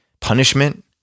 punishment